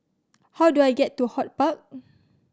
how do I get to HortPark